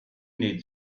need